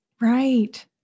right